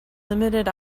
limited